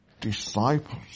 disciples